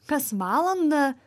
kas valandą